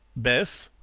beth?